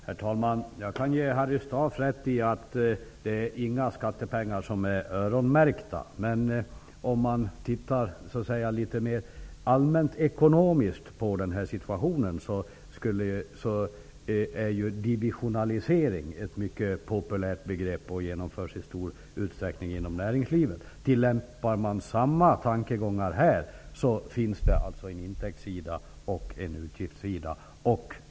Herr talman! Jag kan ge Harry Staaf rätt i att inga skattepengar är öronmärkta. Men om man ser litet mer allmänt ekonomiskt på situationen, kan man säga att divisionalisering är någonting mycket populärt som nu i stor utsträckning genomförs inom näringslivet. Tillämpar man det här får man en intäktssida och en utgiftssida.